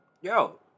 Yo